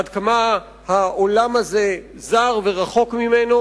עד כמה העולם הזה זר ורחוק ממנו,